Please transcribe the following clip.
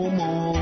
more